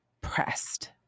pressed